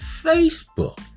Facebook